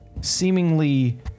seemingly